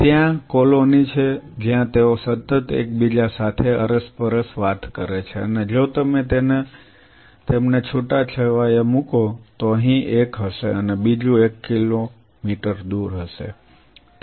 ત્યાં કોલોની છે જ્યાં તેઓ સતત એકબીજા સાથે અરસપરસ વાત કરે છે અને જો તમે તેમને છૂટાછવાયા મુકો તો અહીં એક હશે અને બીજું એક કિલોમીટર દૂર હશે